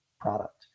product